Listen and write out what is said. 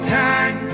time